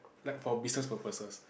like for business purposes